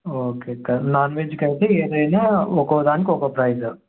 okay అక్క నాన్వెజ్కి అయితే ఏదైనా ఒక్కో దానికి ఒక్కో ప్రైజ్